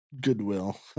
Goodwill